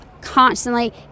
constantly